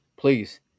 please